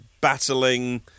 battling